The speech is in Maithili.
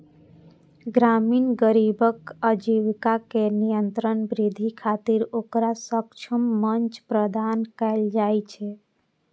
ग्रामीण गरीबक आजीविका मे निरंतर वृद्धि खातिर ओकरा सक्षम मंच प्रदान कैल जाइ छै